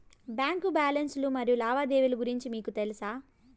Bank balance లు మరియు లావాదేవీలు గురించి మీకు తెల్సా?